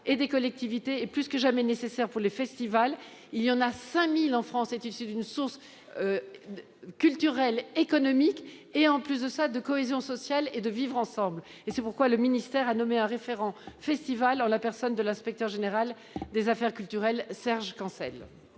et des collectivités est plus que jamais nécessaire pour les festivals. Il y en a 5 000 en France. Ils sont non seulement une ressource culturelle et économique, mais aussi un facteur de cohésion sociale et de vivre-ensemble. C'est pourquoi le ministère a nommé un référent festival en la personne de l'inspecteur général des affaires culturelles Serge Kancel.